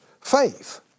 faith